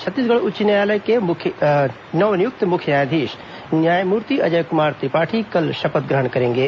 छत्तीसगढ़ उच्च न्यायालय के नव नियुक्त मुख्य न्यायाधीश न्यायमूर्ति अजय कमार त्रिपाठी कल शपथ ग्रहण करेंगे